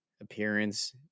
appearance